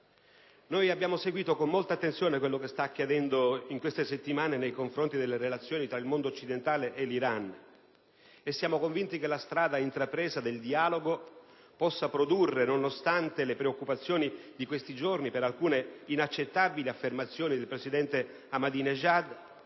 Noi abbiamo seguito con molta attenzione quanto sta accadendo in queste settimane nell'ambito delle relazioni tra il mondo occidentale e l'Iran. Siamo convinti che proseguendo sulla strada intrapresa del dialogo, nonostante le preoccupazioni di questi giorni per alcune inaccettabili affermazioni del presidente Ahmadinejad,